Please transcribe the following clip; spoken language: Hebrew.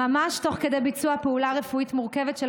ממש תוך כדי ביצוע פעולה רפואית מורכבת של